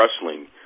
wrestling